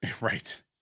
Right